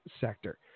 sector